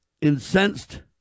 incensed